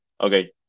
okay